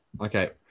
Okay